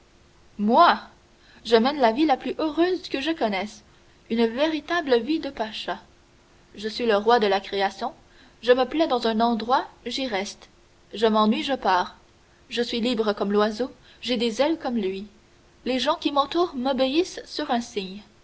moi je mène la vie la plus heureuse que je connaisse une véritable vie de pacha je suis le roi de la création je me plais dans un endroit j'y reste je m'ennuie je pars je suis libre comme l'oiseau j'ai des ailes comme lui les gens qui m'entourent m'obéissent sur un signe